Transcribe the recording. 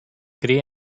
kree